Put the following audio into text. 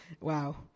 Wow